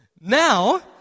Now